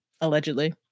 allegedly